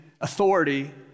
authority